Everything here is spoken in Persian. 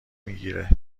میگیره